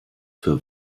für